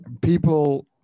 People